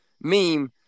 meme